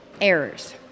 errors